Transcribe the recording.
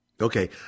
Okay